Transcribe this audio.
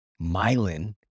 myelin